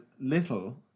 Little